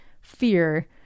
fear